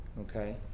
Okay